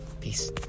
peace